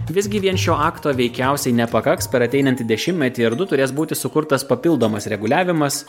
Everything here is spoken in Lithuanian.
visgi vien šio akto veikiausiai nepakaks per ateinantį dešimtmetį ar du turės būti sukurtas papildomas reguliavimas